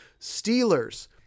Steelers